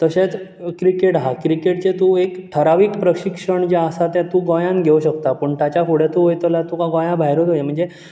तशेंच क्रिकेट हा क्रिकेटचे तूं एक ठरावीक प्रशिक्षण जे आसा ते तूं गोंयांत घेवं शकता पूण ताच्या फुडें तूं वयतलो जाल्यार गोंयां भायरूच म्हणजे